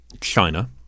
China